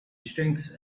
strengths